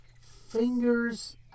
fingers